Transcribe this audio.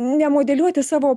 nemodeliuoti savo